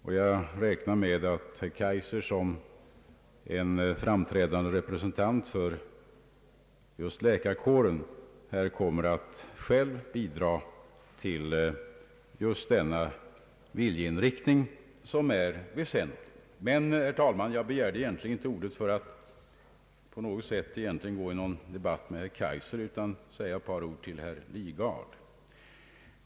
Jag räknar med att herr Kaijser, som en framträdande representant för just läkarkåren, själv kommer att bidra till den viljeinriktning som är väsentlig. Jag begärde, herr talman, emellertid inte ordet för att ta upp en debatt med herr Kaijser, utan för att säga ett par ord till herr Lidgard.